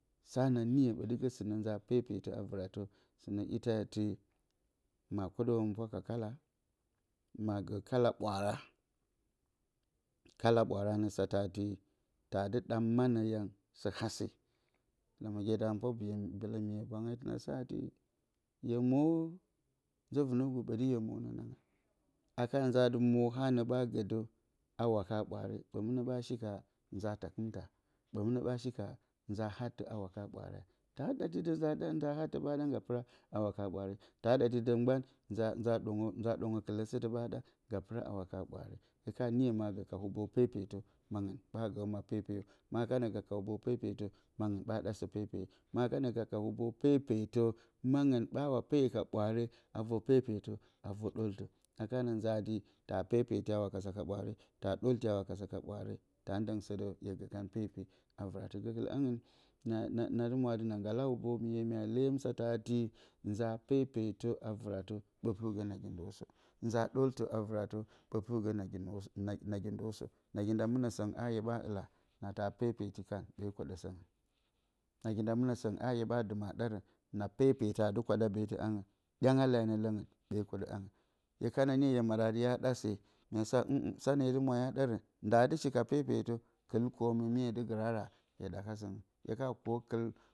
Ni ɓǝtɨgǝ sɨnǝ nza pepetǝ a vɨratǝ sɨnǝ ite atɨ, na kwoɗǝ hǝmɨnpwa ka kala, na gǝǝ kala ɓwaara, kala ɓwaara a nǝ satǝ atɨ, taa dɨ ɗa manǝ yang sǝ-hase. Lǝmǝgye da hǝmɨnpwa boyo miye a nǝ satǝ atɨ, hye mwo mo nzǝ-vɨnǝgu ɓǝtɨ hye mo nanga. A ka nza atɨ, mohanǝ ɓa gǝ dǝ. a waka ɓwaare, ɓǝ mɨnǝ ɓa shi ka nza takɨmta? Ɓǝ mɨnǝ ɓa shi ka nza hattǝ a waka ɓwaarea? Taa ɗati dǝ nza. nza hattǝ ɓa mɨnǝ a pɨra a waka ɓwaare. Taa ɗati dǝ mgban nza, nza nza ɗongǝ kɨlǝsǝtǝ ɓa ɗa ngga pɨra a waka ɓwaare. Hye ka niyo ma gǝ ka hubo pepetǝ, mangɨn ɓa gǝǝ ma pepeyo. Ma kana gǝ ka hubo pepetǝ, mangɨn ɓa ɗa sǝ pepeye. Ma kana gǝ ka hubo pepetǝ, mangɨn ɓawa peyo ka ɓwaare a vor pepetǝ, a vor ɗoltǝ. A kana nza a dɨ. taa pepeti a wakasa ka ɓwaare, taa ɗolti a wakasa ka ɓwaare, taa ndǝng sǝ dǝ hye gǝ kan a pepe a vɨratǝ. Gǝkɨlǝ angɨn na dɨ mwo atɨ, na nggala hubo miye, mya leyǝm atǝ atɨ, nza pepetǝ a vɨratǝ, ɓǝ pɨrgǝ nagi ndo sǝ. Nza ɗoltǝ a vɨratǝ ɓǝ pɨrgǝ nagi ndo sǝ. Nagi nda mɨnǝ sǝngɨn a hye ɓa ɨllǝ na taa pepeti kan ɓee kwoɗǝ sǝngɨn. Nagi nda mɨnǝ sǝngɨn a hye ɓa dɨmǝ a ɗarǝn, na pepetǝ aa dɨ kwaɗa beetɨ angɨn, ɗyangale anǝ lǝngɨn ɓee kwoɗǝ angɨn. Hye ka niyo a dɨ hye maɗǝ ɓa ɗa se, mya sa atɨ, hmhm, sanǝ hye ɨ mwo a dɨ hya ɗarǝn, ndaa dɨ shi ka pepetǝ, kɨl kormɨ mye dɨ gɨrara, hye ɗaka sǝngɨn. Hye ka kwo kɨl